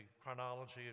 chronology